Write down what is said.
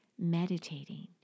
meditating